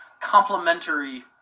complementary